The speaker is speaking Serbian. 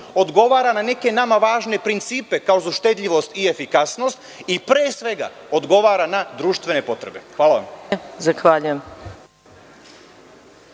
odgovara na neke nama važne principe kao što su štedljivost i efikasnost i pre svega odgovara na društvene potrebe. Hvala.